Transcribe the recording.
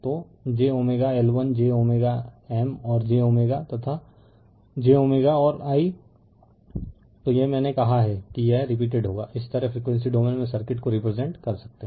तो j L1j M और j तथाj और i तो यह मैंने कहा है कि यह रिपीटेड होगा इस तरह फ़्रीक्वेंसी डोमेन में सर्किट को रिप्रेसेंट कर सकते है